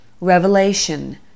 Revelation